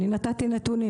אני נתתי נתונים,